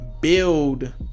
build